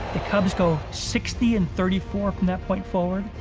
the cubs go sixty and thirty four from that point forward,